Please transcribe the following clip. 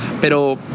Pero